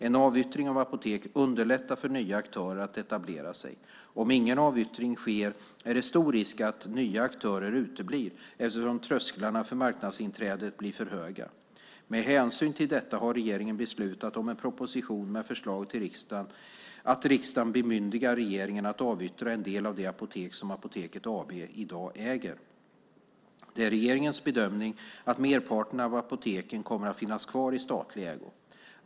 En avyttring av apotek underlättar för nya aktörer att etablera sig. Om ingen avyttring sker är det stor risk att nya aktörer uteblir, eftersom trösklarna för marknadsinträdet blir för höga. Med hänsyn till detta har regeringen beslutat om en proposition med förslag om att riksdagen bemyndigar regeringen att avyttra en del av de apotek som Apoteket AB i dag äger. Det är regeringens bedömning att merparten av apoteken kommer att finnas kvar i statlig ägo.